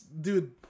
Dude